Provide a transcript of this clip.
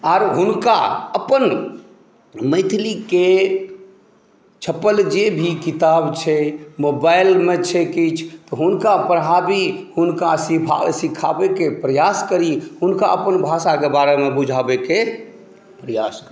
आर हुनका अपन मैथिलीके छपल जे भी किताब छै मोबाइलमे छै किछु हुनका पढ़ाबी हुनका सिफा सिखाबयके प्रयास करी हुनका अपन भाषाके बारे मे बुझाबयके प्रयास करी